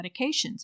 medications